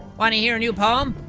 want to hear a new poem?